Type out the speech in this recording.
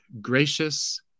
gracious